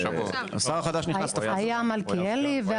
היה מלכיאלי.